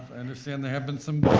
i understand there have been some but